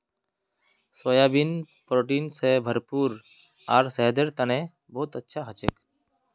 soybean protein स भरपूर आर सेहतेर तने बहुत अच्छा हछेक